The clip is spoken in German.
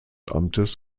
amtes